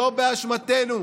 לא באשמתנו,